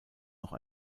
noch